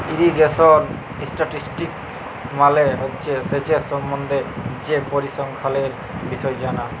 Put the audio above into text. irrigation statistics মালে হছে সেঁচের সম্বল্ধে যে পরিসংখ্যালের বিষয় জালা